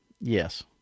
Yes